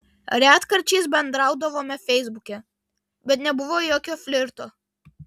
retkarčiais bendraudavome feisbuke bet nebuvo jokio flirto